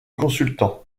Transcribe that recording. consultants